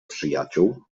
przyjaciół